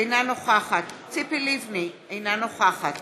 אינה נוכחת ציפי לבני, אינה נוכחת